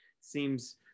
seems